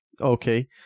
Okay